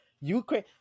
Ukraine